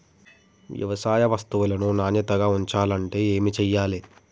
వ్యవసాయ వస్తువులను నాణ్యతగా ఉంచాలంటే ఏమి చెయ్యాలే?